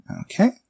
Okay